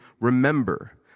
remember